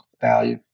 value